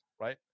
right